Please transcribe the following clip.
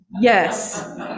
Yes